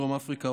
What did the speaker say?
דרום אפריקה,